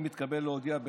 אני מתכבד להודיע,